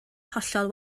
hollol